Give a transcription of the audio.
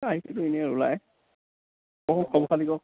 আহিছিলোঁ এনেই ওলাই ক খবৰ খাতি ক